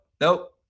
nope